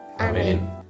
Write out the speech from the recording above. Amen